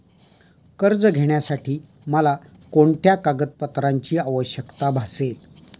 कर्ज घेण्यासाठी मला कोणत्या कागदपत्रांची आवश्यकता भासेल?